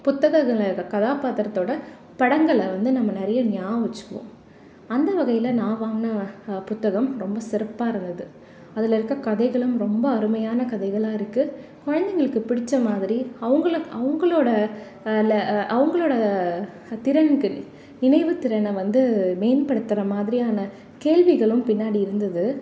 புத்தகங்களில் இருக்கற கதாபாத்திரத்தோடு படங்களை வந்து நம்ம நிறைய ஞாபகம் வச்சுக்குவோம் அந்த வகையில் நான் வாங்கின புத்தகம் ரொம்ப சிறப்பாக இருந்தது அதில் இருக்கற கதைகளும் ரொம்ப அருமையான கதைகளாக இருக்குது குழந்தைங்களுக்குப் பிடிச்ச மாதிரி அவங்களுக் அவங்களோட ல அவங்களோட திறனுக்கு நினைவுத்திறனை வந்து மேம்படுத்துகிற மாதிரியான கேள்விகளும் பின்னாடி இருந்தது